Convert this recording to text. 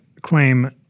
claim